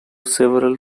several